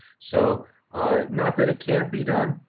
so not that it can't be done,